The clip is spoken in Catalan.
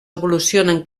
evolucionen